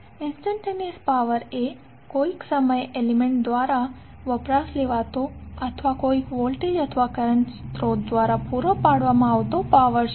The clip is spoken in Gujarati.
ઇંસ્ટંટેનીઅસ પાવર એ કોઈક સમયે એલીમેન્ટ દ્વારા વપરાશમાં લેવાતો અથવા કોઈક વોલ્ટેજ અથવા કરંટ સ્રોત દ્વારા પૂરા પાડવામાં આવતો પાવર છે